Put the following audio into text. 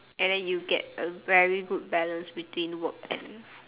and then you get a very good balance between work and